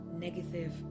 Negative